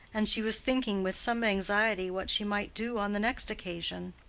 and she was thinking with some anxiety what she might do on the next occasion.